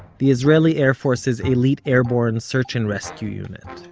the israeli air force's elite airborne search and rescue unit.